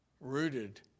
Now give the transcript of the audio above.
rooted